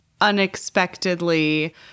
unexpectedly